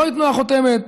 לא ייתנו לה חותמת,